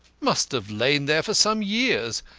must have lain there for some years,